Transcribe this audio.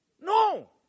No